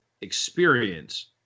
experience